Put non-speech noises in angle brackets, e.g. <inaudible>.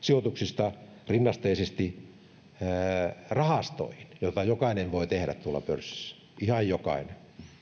<unintelligible> sijoituksista rinnasteisesti rahastoihin nähden joita jokainen voi tehdä tuolla pörssissä ihan jokainen